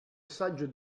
saggio